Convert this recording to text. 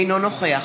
אינו נוכח